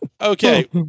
Okay